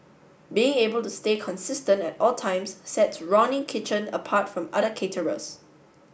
being able to stay consistent at all times sets Ronnie Kitchen apart from other caterers